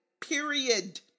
period